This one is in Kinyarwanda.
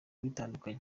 bitandukanye